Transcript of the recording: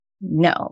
no